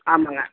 ஆமாம்ங்க